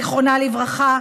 זיכרונה לברכה,